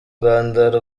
rwanda